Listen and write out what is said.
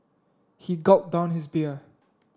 he gulped down his beer